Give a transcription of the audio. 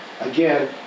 again